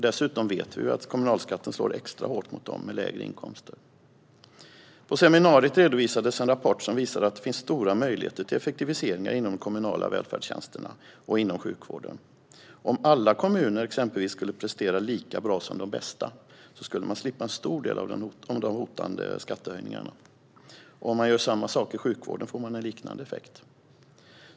Dessutom vet vi att kommunalskatten slår extra hårt mot dem med lägre inkomster. På seminariet redovisades en rapport som visade att det finns stora möjligheter till effektiviseringar inom de kommunala välfärdstjänsterna och inom sjukvården. Om alla kommuner exempelvis skulle prestera lika bra som de bästa skulle man slippa en stor del av de hotande skattehöjningarna. Om man gör samma sak i sjukvården får man en liknande effekt.